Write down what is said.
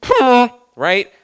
Right